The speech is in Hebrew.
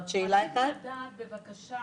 כן צריכים לתת תעדוף.